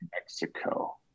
Mexico